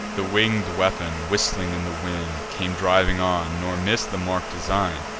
the winged weapon, whistling in the wind, came driving on, nor miss'd the mark design'd.